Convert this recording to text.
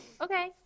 okay